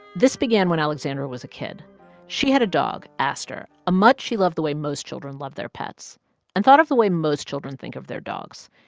this began when alexandra was a kid she had a dog, astor, a mutt she loved the way most children love their pets and thought of the way most children think of their dogs.